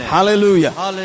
Hallelujah